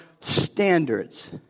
standards